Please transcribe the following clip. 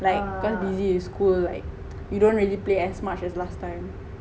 like cause busy with school like you don't play as much as last time